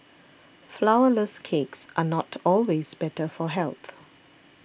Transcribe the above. Flourless Cakes are not always better for health